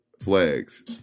flags